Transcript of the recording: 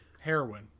heroin